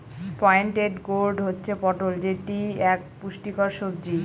pointed gourd হচ্ছে পটল যেটি এক পুষ্টিকর সবজি